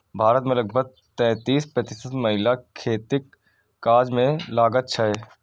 भारत मे लगभग तैंतीस प्रतिशत महिला खेतीक काज मे लागल छै